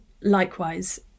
likewise